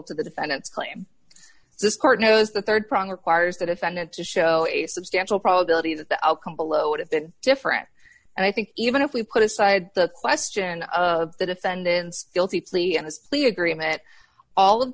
to the defendants claim this court knows the rd prong requires the defendant to show a substantial probability that the outcome below would have been different and i think even if we put aside the question of the defendant's guilty plea and his plea agreement all of